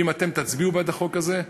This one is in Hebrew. אם אתם תצביעו בעד החוק הזה,